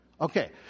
Okay